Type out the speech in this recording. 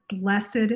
blessed